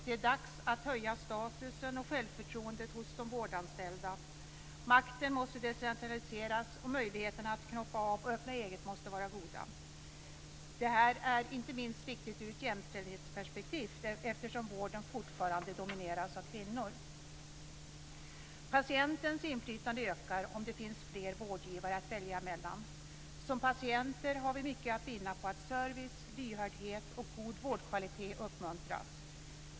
Det är dags att höja statusen och självförtroendet hos de vårdanställda. Makten måste decentraliseras, och möjligheterna att knoppa av och öppna eget måste vara goda. Detta är inte minst viktigt ur ett jämställdhetsperspektiv, eftersom vården fortfarande domineras av kvinnor. Patientens inflytande ökar om det finns fler vårdgivare att välja mellan. Som patienter har vi mycket att vinna på att service, lyhördhet och god vårdkvalitet uppmuntras.